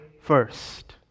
first